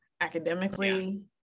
academically